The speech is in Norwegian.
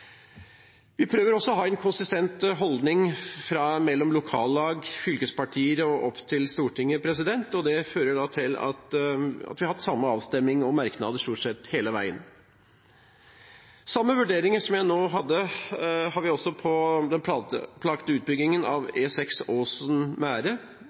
Vi prøver også å ha en konsistent holdning mellom lokallag, fylkespartier og opp til Stortinget. Det fører til at vi har hatt lik avstemning og like merknader stort sett hele veien. Samme vurdering som jeg nå hadde, har vi også av den planlagte utbyggingen av